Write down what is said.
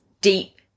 deep